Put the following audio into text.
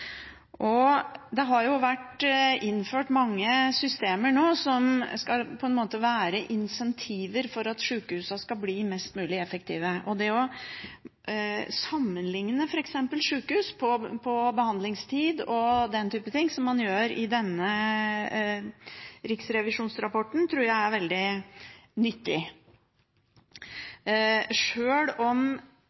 Det har jo vært innført mange systemer som på en måte skal være incentiver for at sjukehusene skal bli mest mulig effektive, og det å sammenlikne sjukehus, f.eks. på behandlingstid og den type ting, som man gjør i denne rapporten fra Riksrevisjonen, tror jeg er veldig nyttig.